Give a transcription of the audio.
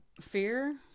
fear